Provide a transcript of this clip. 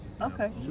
Okay